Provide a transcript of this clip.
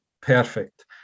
perfect